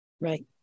Right